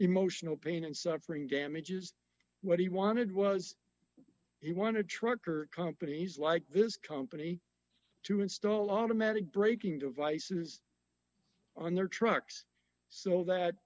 emotional pain and suffering damages what he wanted was he wanted trucker companies like this company to install automatic braking devices on their trucks so that